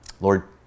Lord